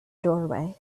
doorway